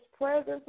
presence